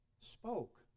Spoke